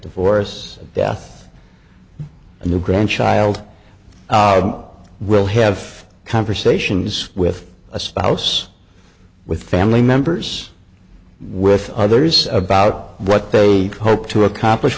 divorce or death a new grandchild will have conversations with a spouse with family members with others about what they hope to accomplish